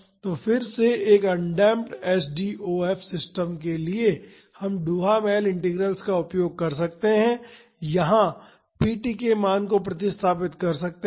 तो फिर से एक अनडेम्प्ड एसडीओएफ सिस्टम के लिए हम डुहामेल इंटीग्रल्स का उपयोग कर सकते हैं और यहां pt के मान को प्रतिस्थापित कर सकते हैं